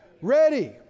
Ready